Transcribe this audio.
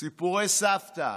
סיפורי סבתא.